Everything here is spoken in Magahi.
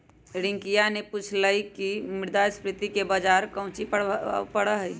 रियंकवा ने पूछल कई की मुद्रास्फीति से बाजार पर काउची प्रभाव पड़ा हई?